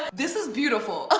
this is beautiful,